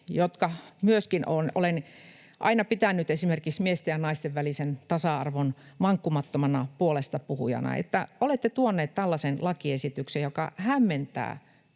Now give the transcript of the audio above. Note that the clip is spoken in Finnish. joita myöskin olen aina pitänyt esimerkiksi miesten ja naisten välisen tasa-arvon vankkumattomana puolestapuhujana, olette tuoneet tällaisen lakiesityksen, joka hämmentää